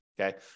Okay